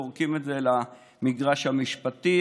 זורקים את זה למגרש המשפטי,